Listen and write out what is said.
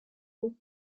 alive